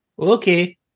Okay